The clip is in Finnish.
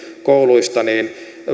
kouluista niin